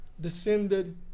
descended